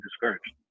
discouraged